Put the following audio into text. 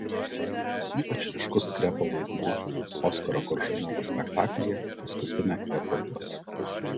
jame ypač ryškus krepo vaidmuo oskaro koršunovo spektaklyje paskutinė krepo juosta